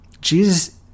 Jesus